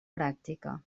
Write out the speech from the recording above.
pràctica